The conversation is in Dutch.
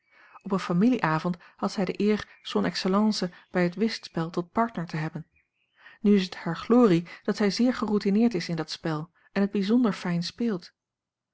op een familieavond had zij de eer son excellence bij het whistspel tot partner te hebben nu is het haar glorie dat zij zeer geroutineerd is in dat spel en het bijzonder fijn speelt